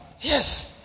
Yes